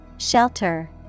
Shelter